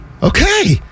Okay